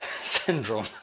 syndrome